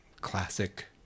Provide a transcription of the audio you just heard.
classic